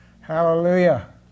Hallelujah